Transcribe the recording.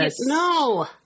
No